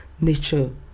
nature